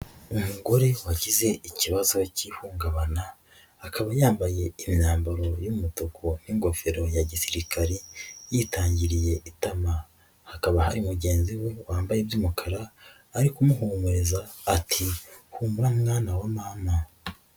Umugore wagize ikibazo k'ihungabana akaba yambaye imyambaro y'umutuku n'ingofero ya gisirikari yitangiriye itama hakaba, hari mugenzi we wambaye iby'umukara ari kumuhumuriza ati ''humura mwana wa mama''.